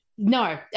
no